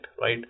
right